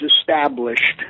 established